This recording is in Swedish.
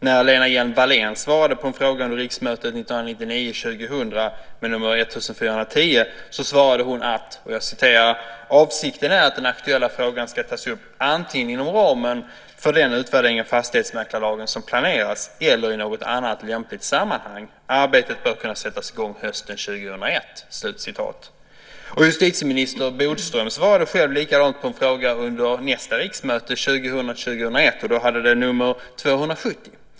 På en fråga under riksmötet 1999 01 som hade nr 270.